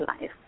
life